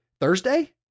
Thursday